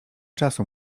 czasu